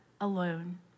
alone